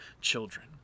children